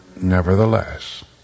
nevertheless